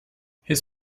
his